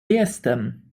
jestem